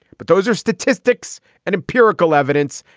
but those are statistics and empirical evidence.